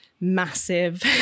massive